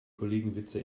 kollegenwitze